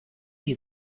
die